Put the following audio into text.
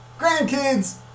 grandkids